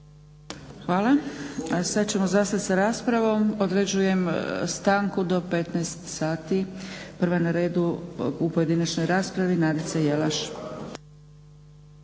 Hvala. Sada ćemo zastati sa raspravom. Određujem stanku do 15,00 sati. Prva na redu u pojedinačnoj raspravi Nadica Jelaš